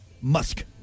Musk